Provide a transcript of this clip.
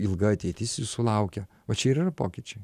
ilga ateitis jūsų laukia va čia ir yra pokyčiai